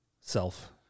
self